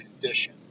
condition